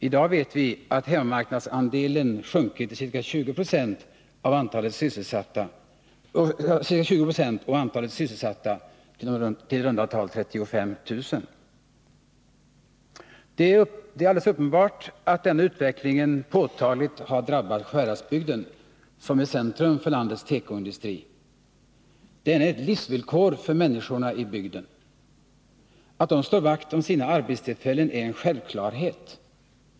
I dag vet vi att hemmamarknadsandelen sjunkit till ca 20 20 och antalet sysselsatta till i runda tal 35 000. Det är alldeles uppenbart att den utvecklingen påtagligt drabbat Sjuhäradsbygden, som är centrum för landets tekoindustri. Den är ett livsvillkor för människorna i bygden. Att de slår vakt om sina arbetstillfällen är en självklarhet.